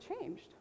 changed